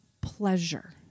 pleasure